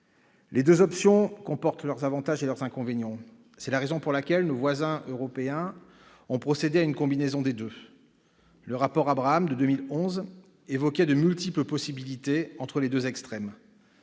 Les deux options comportent leurs avantages et leurs inconvénients. C'est la raison pour laquelle nos voisins européens ont procédé à une combinaison des deux. Le rapport Abraham de 2011 évoquait de multiples possibilités entre les deux extrêmes.